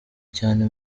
cyane